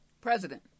President